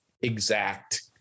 Exact